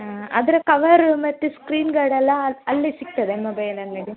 ಆಂ ಅದರ ಕವರು ಮತ್ತು ಸ್ಕ್ರೀನ್ ಗಾರ್ಡೆಲ್ಲಾ ಅಲ್ಲೇ ಸಿಗ್ತದೆ ಮೊಬೈಲ್ ಅಂಗಡಿ